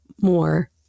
more